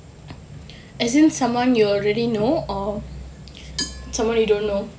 as in someone you already know or someone you don't know